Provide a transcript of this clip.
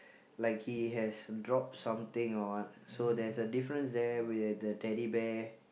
like he has drop something or what so there's a difference there with the Teddy Bear